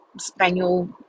Spaniel